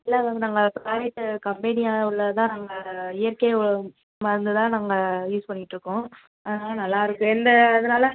இல்லை மேம் நாங்கள் ப்ராடக்ட்டு கம்பெனியாக உள்ளதுதான் நாங்கள் இயற்கை உரம் மருந்துதான் நாங்கள் யூஸ் பண்ணிகிட்ருக்கோம் அதனால் நல்லா இருக்குது இந்த இதனால